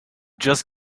just